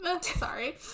sorry